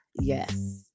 Yes